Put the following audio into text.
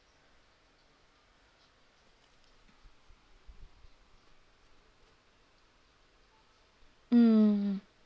mm